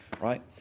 right